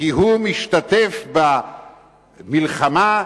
כי הוא משתתף במלחמה,